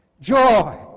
joy